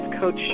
Coach